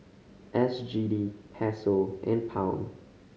S G D Peso and Pound